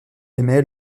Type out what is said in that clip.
aimait